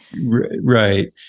Right